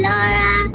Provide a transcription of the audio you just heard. Laura